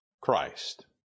Christ